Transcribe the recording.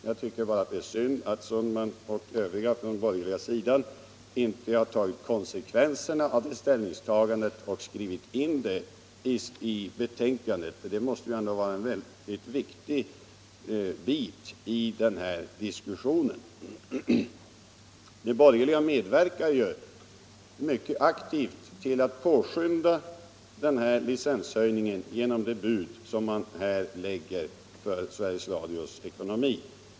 Jag tycker bara att det är synd att herr Sundman och övriga på den borgerliga sidan inte har tagit konsekvenserna av det ställningstagandet och skrivit in det i betänkandet. Det måste ändå vara en mycket viktig bit i den här diskussionen. De borgerliga medverkar mycket aktivt till att påskynda en licenshöjning genom det bud de här lägger för Sveriges Radios ekonomi.